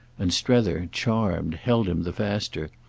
and strether, charmed, held him the faster.